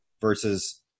versus